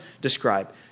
describe